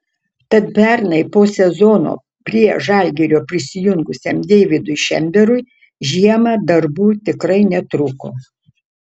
tad pernai po sezono prie žalgirio prisijungusiam deividui šemberui žiemą darbų tikrai netrūko